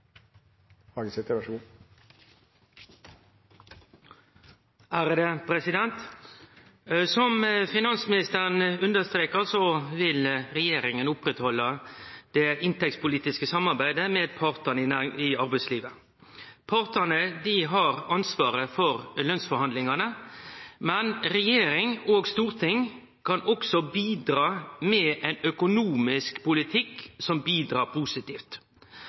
Som finansministeren understreka, vil regjeringa oppretthalde det inntektspolitiske samarbeidet med partane i arbeidslivet. Partane har ansvaret for lønsforhandlingane, men regjering og storting kan òg bidra med ein økonomisk politikk som verkar positivt.